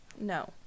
No